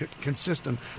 consistent